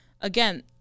again